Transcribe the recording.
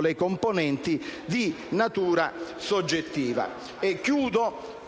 le componenti di natura soggettiva.